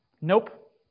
Nope